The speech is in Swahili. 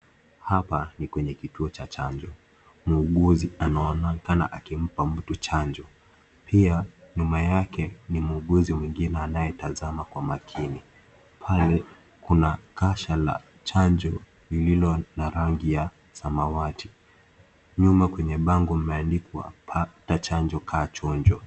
Hapa ni kwenye kituo cha chanjo. Muuguzi anaonekana anatana akimpa mtu chanjo. Pia nyuma yake ni muuguzi mwingine anayetazama kwa umakini. Pale kuna kasha la chanjo liliilo na rangi ya samawati. Nyuma kwenye bangu imenikwa pata chanjo kaa chonjo.